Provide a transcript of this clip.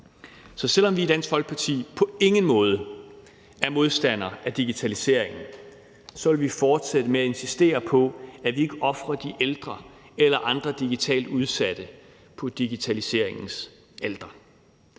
Så selv om vi i Dansk Folkeparti på ingen måde er modstandere af digitaliseringen, vil vi fortsætte med at insistere på, at vi ikke ofrer de ældre eller andre digitalt udsatte på digitaliseringens alter.